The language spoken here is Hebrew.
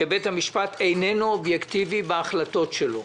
שבית המשפט איננו אובייקטיבי בהחלטות שלו.